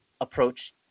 approach